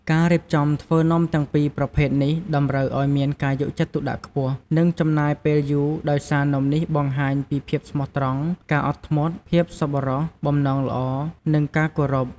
ការរៀបចំធ្វើនំទាំងពីរប្រភេទនេះតម្រូវឱ្យមានការយកចិត្តទុកដាក់ខ្ពស់ និងចំណាយពេលយូរដោយសារនំនេះបង្ហាញពីភាពស្មោះត្រង់ ការអត់ធ្មត់ ភាពសប្បុរស បំណងចិត្តល្អ និងការគោរព។